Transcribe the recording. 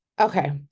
okay